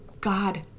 God